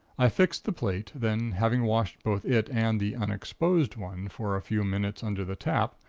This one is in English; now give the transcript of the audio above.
i fixed the plate, then having washed both it and the unexposed one for a few minutes under the tap,